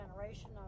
Generation